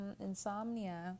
insomnia